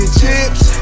chips